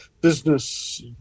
business